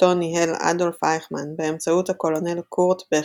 אותו ניהל אדולף אייכמן באמצעות הקולונל קורט בכר,